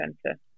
center